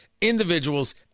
individuals